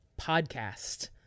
podcast